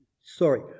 Sorry